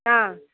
ஆ